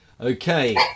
Okay